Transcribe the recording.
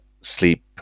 sleep